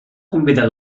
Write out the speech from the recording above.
convidar